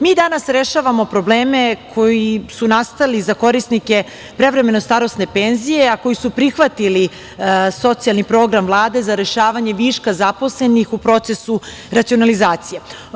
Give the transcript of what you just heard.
Mi danas rešavamo probleme koji su nastali za korisnike prevremeno starosne penzije, a koji su prihvatili socijalni program Vlade za rešavanje viška zaposlenih u procesu racionalizacije.